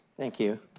thank you.